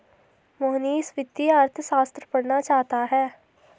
मोहनीश वित्तीय अर्थशास्त्र पढ़ना चाहता है